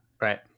Right